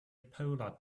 polar